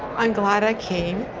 i'm glad i came,